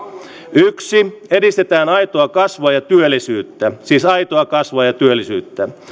yksi edistetään aitoa kasvua ja työllisyyttä siis aitoa kasvua ja työllisyyttä